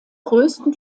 größten